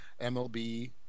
MLB